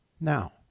Now